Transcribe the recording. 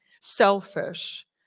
selfish